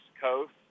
Coast